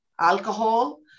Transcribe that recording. alcohol